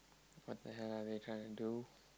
what the hell are they trying to do